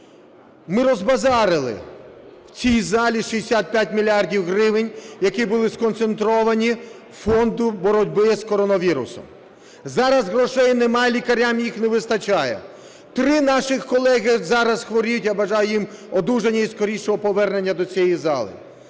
Ми розбазарили в цій залі 65 мільярдів гривень, які були сконцентровані у Фонді боротьби з коронавірусом. Зараз грошей нема, лікарям їх не вистачає. Три наших колеги зараз хворіють, я бажаю їм одужання і скорішого повернення до цієї зали.